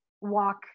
walk